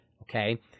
okay